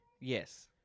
Yes